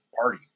party